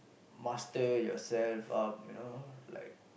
master yourself um you know like